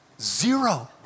Zero